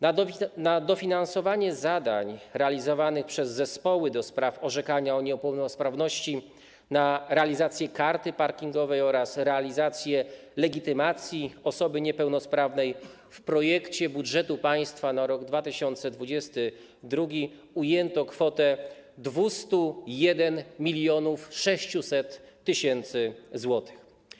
Na dofinansowanie zadań realizowanych przez zespoły do spraw orzekania o niepełnosprawności, na realizację karty parkingowej oraz realizację legitymacji osoby niepełnosprawnej w projekcie budżetu państwa na rok 2022 ujęto kwotę 201 600 tys. zł.